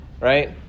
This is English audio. right